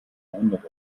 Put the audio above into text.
jahrhundert